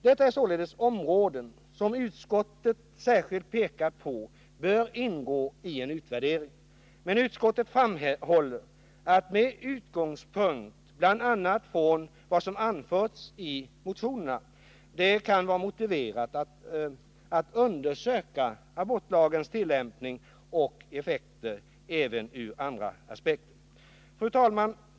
Detta är således områden som utskottet särskilt pekat på och anser bör ingå i en utvärdering. Men utskottet framhåller att det med utgångspunkt bl.a. i vad som anförts i motionerna kan vara motiverat att undersöka abortlagens tillämpning och effekter även ur andra aspekter. Fru talman!